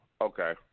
Okay